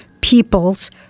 peoples